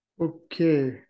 Okay